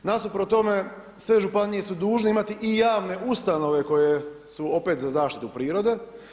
Nasuprot tome sve županije su dužne imati i javne ustanove koje su opet za zaštitu prirode.